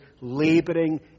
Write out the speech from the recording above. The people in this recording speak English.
laboring